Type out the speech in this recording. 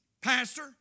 Pastor